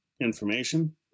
information